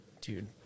dude